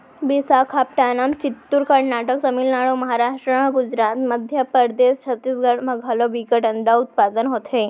बिसाखापटनम, चित्तूर, करनाटक, तमिलनाडु, महारास्ट, गुजरात, मध्य परदेस, छत्तीसगढ़ म घलौ बिकट अंडा उत्पादन होथे